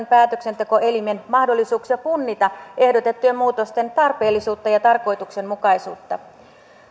päätöksentekoelimen mahdollisuuksia punnita ehdotettujen muutosten tarpeellisuutta ja tarkoituksenmukaisuutta